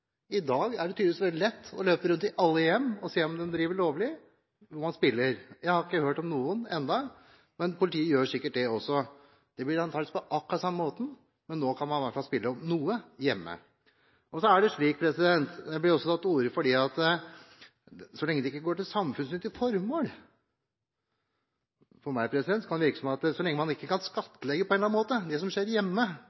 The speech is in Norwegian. I dag er det tydeligvis veldig lett å løpe rundt i alle hjem og se om man driver lovlig når man spiller. Jeg har ikke hørt om noen som gjør det ennå, men politiet gjør sikkert det også. Dette blir antagelig på akkurat samme måte, men nå kan man i hvert fall spille om noe hjemme. Det blir også snakket om at dette ikke går til samfunnsnyttige formål. Vel, for meg kan det virke som at så lenge man ikke på en eller annen måte kan